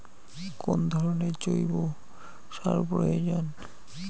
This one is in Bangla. কোন ধরণের জৈব সার প্রয়োজন?